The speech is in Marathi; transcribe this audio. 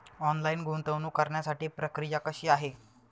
ऑनलाईन गुंतवणूक करण्यासाठी प्रक्रिया कशी आहे?